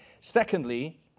Secondly